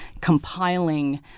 compiling –